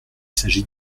s’agit